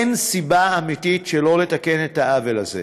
אין סיבה אמיתית שלא לתקן את העוול הזה.